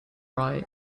right